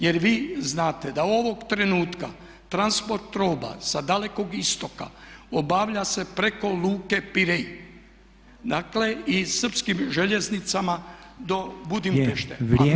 Jer vi znate da ovog trenutka transport roba sa Dalekog istoka obavlja se preko luke Pirej, dakle i srpskim željeznicama do Budimpešte.